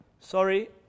Sorry